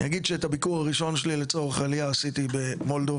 אני אגיד שאת הביקור הראשון שלי לצורך עלייה עשיתי במולדובה,